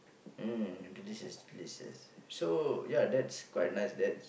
mm delicious delicious so ya that's quite nice that